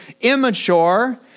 immature